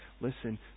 listen